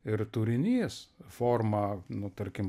ir turinys forma nu tarkim